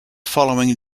following